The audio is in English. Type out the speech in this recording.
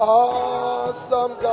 awesome